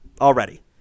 already